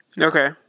Okay